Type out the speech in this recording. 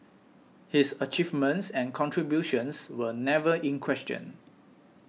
his achievements and contributions were never in question